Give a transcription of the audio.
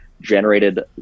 generated